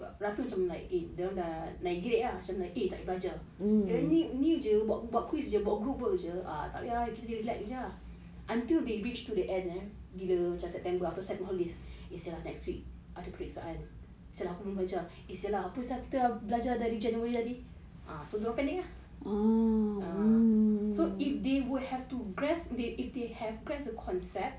rasa macam like dorang dah like gerek ah macam like eh tak payah belajar then ni ni jer buat buat quiz jer buat group work jer ah tak payah kita relax jer ah until they reach to the end eh bila macam september sept holidays eh [sial] lah next week ada peperiksaan [sial] lah aku belum belajar eh [sial] lah apa sia tu aku belajar dari january tadi ah so dorang panic ah so if they would have to grasp they if they have grasp the concept